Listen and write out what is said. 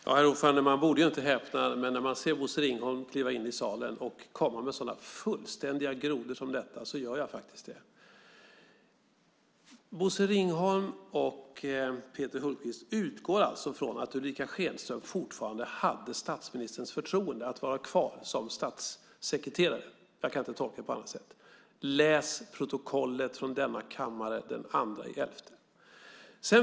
Herr talman! Man borde inte häpna. Men när man ser Bosse Ringholm kliva in i salen och komma med sådana fullständiga grodor som dessa gör jag faktiskt det. Bosse Ringholm och Peter Hultqvist utgår alltså ifrån att Ulrica Schenström fortfarande hade statsministerns förtroende att vara kvar som statssekreterare. Jag kan inte tolka det på annat sätt. Läs protokollet från denna kammare den 2 november!